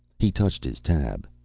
he touched his tab.